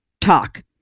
talk